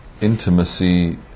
intimacy